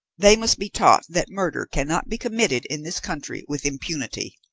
they must be taught that murder cannot be committed in this country with impunity.